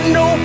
no